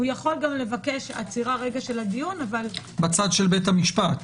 הוא יכול לבקש רגע עצירה של הדיון בצד של בית המשפט,